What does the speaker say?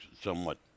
somewhat